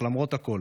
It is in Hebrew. אך למרות הכול